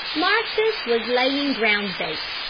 marcus was laying ground bait.